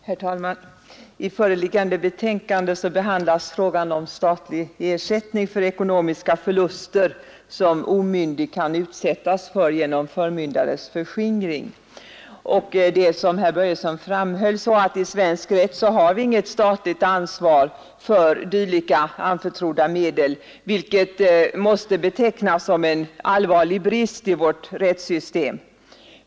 Herr talman! I föreliggande betänkande behandlas frågan om statlig ersättning för ekonomiska förluster, som omyndig kan utsättas för genom förmyndares förskingring. Såsom herr Börjesson i Falköping framhöll finns det inte i svensk rätt något statligt ansvar för dylika anförtrodda medel, vilket måste betecknas som en allvarlig brist i vårt rättssystem.